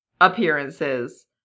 appearances